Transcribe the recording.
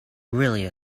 really